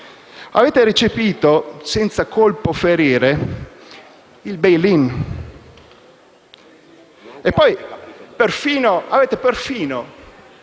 Avete recepito, senza colpo ferire, il *bail in* e avete perfino